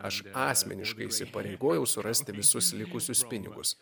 aš asmeniškai įsipareigojau surasti visus likusius pinigus